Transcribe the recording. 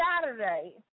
Saturday